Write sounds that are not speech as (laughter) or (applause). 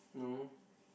no (breath)